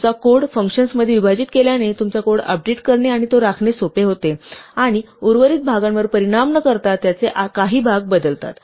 तुमचा कोड फंक्शन्समध्ये विभाजित केल्याने तुमचा कोड अपडेट करणे आणि तो राखणे सोपे होते आणि उर्वरित भागांवर परिणाम न करता त्याचे काही भाग बदलतात